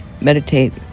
meditate